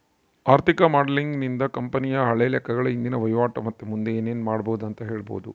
ಆರ್ಥಿಕ ಮಾಡೆಲಿಂಗ್ ನಿಂದ ಕಂಪನಿಯ ಹಳೆ ಲೆಕ್ಕಗಳು, ಇಂದಿನ ವಹಿವಾಟು ಮತ್ತೆ ಮುಂದೆ ಏನೆನು ಮಾಡಬೊದು ಅಂತ ಹೇಳಬೊದು